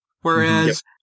Whereas